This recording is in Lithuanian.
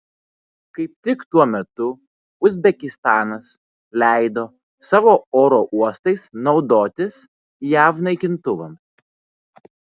kaip tik tuo metu uzbekistanas leido savo oro uostais naudotis jav naikintuvams